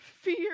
fear